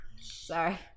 sorry